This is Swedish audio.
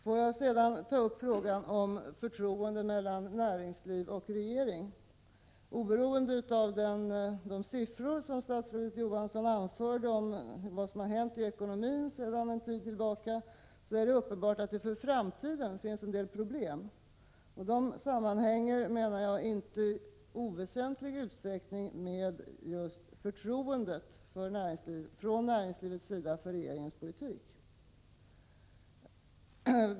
Jag vill sedan ta upp frågan om förtroendet mellan näringslivet och regeringen. Oberoende av de siffror som statsrådet Johansson anförde om vad som hänt i ekonomin sedan lång tid tillbaka, är det uppenbart att det för framtiden finns en del problem. De sammanhänger i inte oväsentlig utsträckning med just förtroendet från näringslivets sida för regeringens politik.